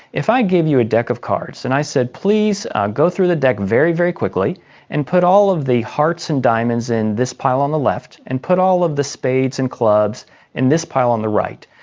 if i gave you a deck of cards and i said please go through the deck very, very quickly and put all of the hearts and diamonds in this pile on the left and put all of the spades and clubs in this pile on the right,